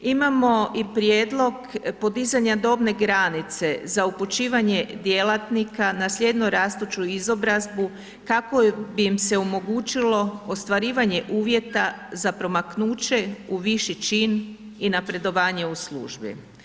Imamo i prijedlog podizanja dobne granice za upućivanje djelatnika na slijedno-rastuću izobrazbu kako bi im se omogućilo ostvarivanje uvjeta za promaknuće u viši čin i napredovanje u službi.